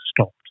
stopped